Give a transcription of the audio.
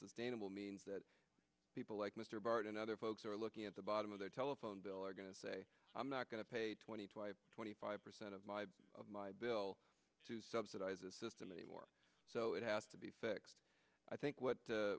sustainable means that people like mr barton other folks are looking at the bottom of the telephone bill are going to say i'm not going to pay twenty twenty five percent of my bill subsidize the system anymore so it has to be fixed i think